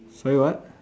sorry what